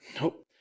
Nope